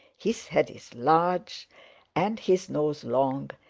his head is large and his nose long,